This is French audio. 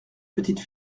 petite